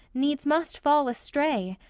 needs must fall astray.